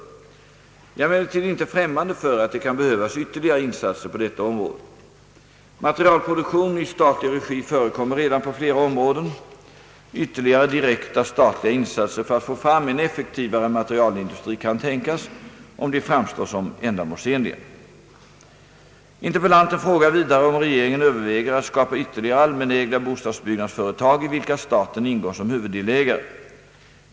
Jag är emellertid inte främmande för att det kan behövas ytterligare insatser på detta område. Materialproduktion i statlig regi förekommer redan på flera områden. Ytterligare direkta statliga insatser för att få fram en effektivare materialindustri kan tänkas, om de framstår som ändamålsenliga. re allmänägda bostadsbyggnadsföretag i vilka staten ingår som huvuddelägare.